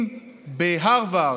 אם בהרווארד,